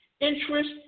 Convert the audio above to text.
interest